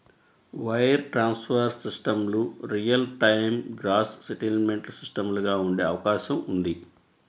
wire transfer సిస్టమ్లు real time gross settlement సిస్టమ్లుగా ఉండే అవకాశం ఉంది